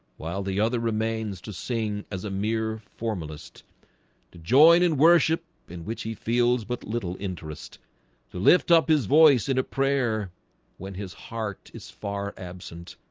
while the other remains to sing as a mere formalist to join in worship in which he feels with but little interest to lift up his voice in a prayer when his heart is far absent?